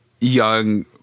young